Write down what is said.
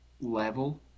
level